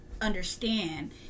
understand